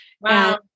Wow